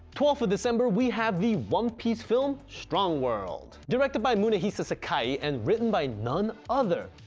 twelfth of december we have the one piece film strong world, directed by munehisa sakai and written by non other,